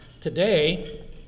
Today